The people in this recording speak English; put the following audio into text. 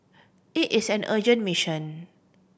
it is an urgent mission